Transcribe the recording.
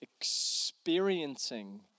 experiencing